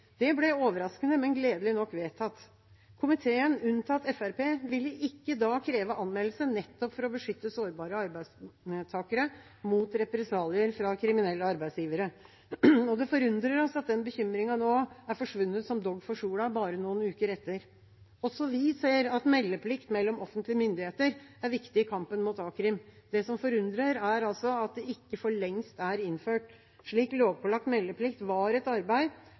Det ble overraskende, men gledelig nok vedtatt. Komiteen, unntatt Fremskrittspartiet, ville da ikke kreve anmeldelse, nettopp for å beskytte sårbare arbeidstakere mot represalier fra kriminelle arbeidsgivere. Det forundrer oss at den bekymringen nå er forsvunnet som dogg for sola, bare noen uker etter. Også vi ser at meldeplikt mellom offentlige myndigheter er viktig i kampen mot a-krim. Det som forundrer, er at det ikke for lengst er innført. Slik lovpålagt meldeplikt var et arbeid